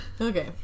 Okay